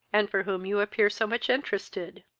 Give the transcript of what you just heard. and for whom you appear so much interested?